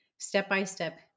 step-by-step